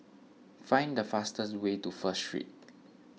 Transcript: find the fastest way to First Street